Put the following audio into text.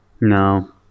No